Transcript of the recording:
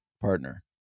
partner